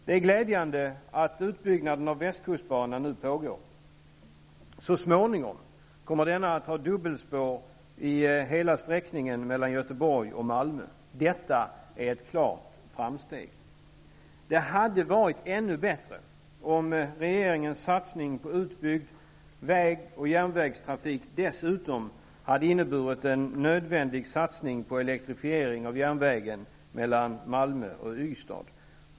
Det är glädjande att en utbyggnad av västkustbanan nu pågår. Så småningom kommer denna att ha dubbelspår hela sträckningen mellan Göteborg och Malmö. Detta är ett klart framsteg. Det hade varit ännu bättre om regeringens satsning på utbyggd väg och järnvägstrafik dessutom hade inneburit en nödvändig satsning på elektrifiering av järnvägen mellan Malmö och Ystad.